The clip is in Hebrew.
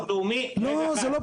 אז אני שוב פעם שב ומודה לך אדוני.